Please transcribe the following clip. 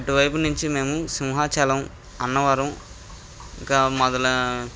అటువైపు నుంచి మేము సింహాచలం అన్నవరం ఇంకా మొదల